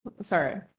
Sorry